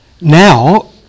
Now